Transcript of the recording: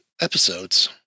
episodes